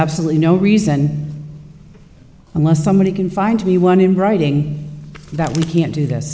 absolutely no reason unless somebody can find me one in writing that we can't do th